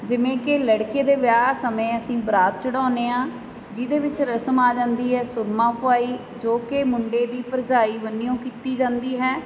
ਜਿਵੇਂ ਕਿ ਲੜਕੇ ਦੇ ਵਿਆਹ ਸਮੇਂ ਅਸੀਂ ਬਰਾਤ ਚੜ੍ਹਾਉਂਦੇ ਹਾਂ ਜਿਹਦੇ ਵਿੱਚ ਰਸਮ ਆ ਜਾਂਦੀ ਹੈ ਸੁਰਮਾ ਪੁਆਈ ਜੋ ਕਿ ਮੁੰਡੇ ਦੀ ਭਰਜਾਈ ਬੰਨਿਓ ਕੀਤੀ ਜਾਂਦੀ ਹੈ